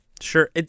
Sure